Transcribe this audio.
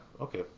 okay